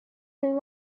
and